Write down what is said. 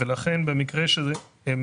ולכן במקרה שהם